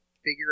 figure